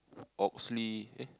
Oxley eh